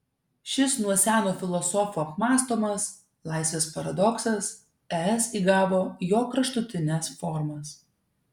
šis nuo seno filosofų apmąstomas laisvės paradoksas es įgavo jo kraštutines formas